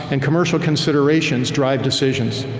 and commercial considerations drive decisions.